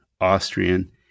Austrian